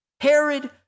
Herod